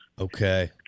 Okay